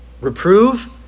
Reprove